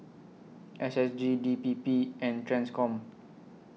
S S G D P P and TRANSCOM